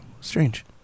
strange